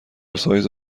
سایز